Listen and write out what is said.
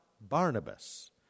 Barnabas